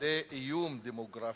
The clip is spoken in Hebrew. לכדי איום דמוגרפי,